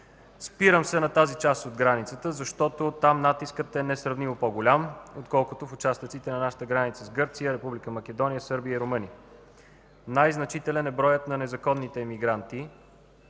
Спирам се на тази част от границата, защото там натискът е несравнимо по-голям, отколкото в участъците на нашата граница с Гърция, Република Македония, Сърбия и Румъния. Най-значителен е броят на незаконните имигранти,